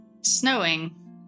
snowing